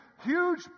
Huge